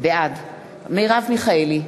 בעד מרב מיכאלי,